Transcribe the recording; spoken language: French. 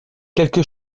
quelque